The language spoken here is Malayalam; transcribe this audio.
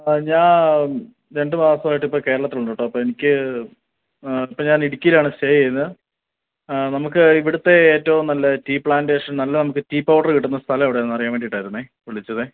ആ ഞാൻ രണ്ടു മാസം ആയിട്ട് ഇപ്പോൾ കേരളത്തിലുണ്ട് കേട്ടോ അപ്പോൾ എനിക്ക് ഇപ്പം ഞാൻ ഇടുക്കിയിലാണ് സ്റ്റേ ചെയ്യുന്നത് ആ നമുക്ക് ഇവിടുത്തെ ഏറ്റവും നല്ല ടീ പ്ലാൻ്റേഷൻ നല്ല നമുക്ക് ടീ പൗഡർ കിട്ടുന്ന സ്ഥലം എവിടെയാണെന്ന് അറിയാൻ വേണ്ടിയിട്ടായിരുന്നു വിളിച്ചത്